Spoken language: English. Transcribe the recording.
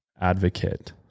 advocate